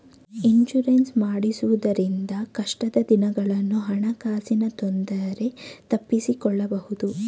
insurance ಮಾಡಿಸುವುದರಿಂದ ಕಷ್ಟದ ದಿನಗಳನ್ನು ಹಣಕಾಸಿನ ತೊಂದರೆ ತಪ್ಪಿಸಿಕೊಳ್ಳಬಹುದು